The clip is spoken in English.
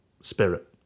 spirit